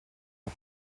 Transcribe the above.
pas